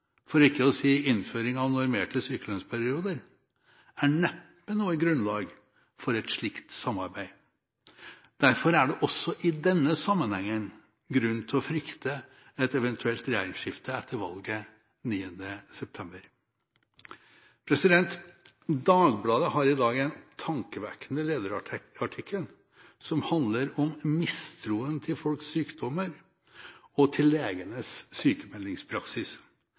for ikke å si innføring av normerte sykelønnsperioder, er neppe noe grunnlag for et slikt samarbeid. Derfor er det også i denne sammenhengen grunn til å frykte et eventuelt regjeringsskifte etter valget 9. september. Dagbladet har i dag en tankevekkende lederartikkel som handler om mistroen til folks sykdommer og til legenes sykmeldingspraksis.